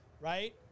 right